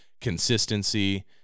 consistency